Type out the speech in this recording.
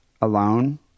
alone